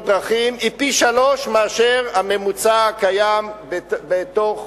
דרכים היא פי-שלושה מהממוצע הקיים בקרב